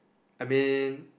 I mean